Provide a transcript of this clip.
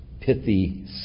pithy